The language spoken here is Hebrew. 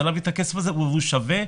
אפשר להביא את הכסף הזה והוא שווה,